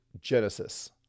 Genesis